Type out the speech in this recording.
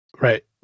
Right